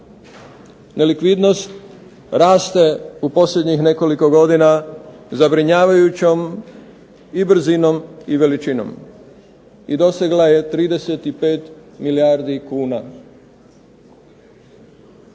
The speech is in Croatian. Nelikvidnost raste u posljednjih nekoliko godina zabrinjavajućom i brzinom i veličinom i dosegla je 35 milijardi kuna.